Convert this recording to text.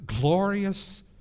glorious